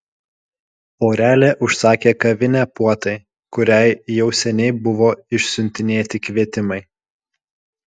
porelė užsakė kavinę puotai kuriai jau seniai buvo išsiuntinėti kvietimai